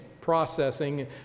processing